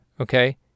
okay